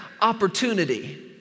opportunity